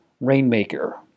Rainmaker